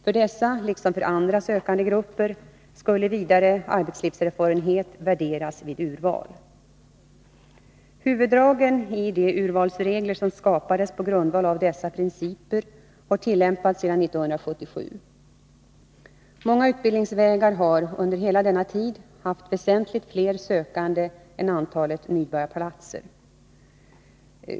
För dessa, liksom för andra sökandegrupper, skulle vidare arbetslivserfarenhet värderas vid urval. Huvuddragen i de urvalsregler som skapades på grundval av dessa principer har tillämpats sedan 1977. Många utbildningsvägar har under hela denna tid haft väsentligt flera sökande än antalet nybörjarplatser.